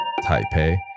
Taipei